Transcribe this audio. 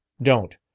don't.